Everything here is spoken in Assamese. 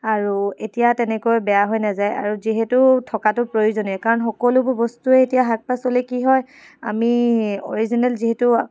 আৰু এতিয়া তেনেকৈ বেয়া হৈ নেযায় আৰু যিহেতু থকাটো প্ৰয়োজনীয়ই কাৰণ সকলো বস্তুৱে এতিয়া শাক পাচলি কি হয় আমি অৰিজিনেল যিহেতু